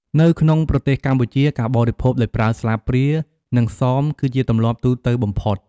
នៅក្នុងប្រទេសកម្ពុជា ការបរិភោគដោយប្រើស្លាបព្រា និងសមគឺជាទម្លាប់ទូទៅបំផុត។